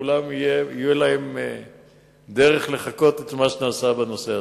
ולכולם תהיה דרך לחקות את מה שנעשה בנושא הזה.